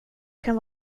kan